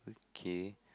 kay